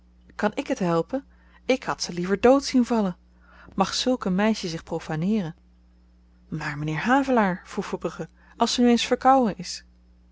kan ik t helpen ik had ze liever dood zien vallen mag zulk een meisje zich profaneeren maar mynheer havelaar vroeg verbrugge als ze nu eens verkouwen is